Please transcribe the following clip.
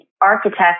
architect